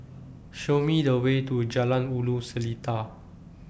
Show Me The Way to Jalan Ulu Seletar